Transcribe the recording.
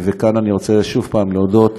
וכאן אני רוצה שוב להודות,